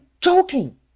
joking